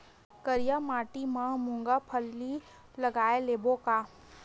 करिया माटी मा मूंग फल्ली लगय लेबों का?